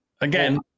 again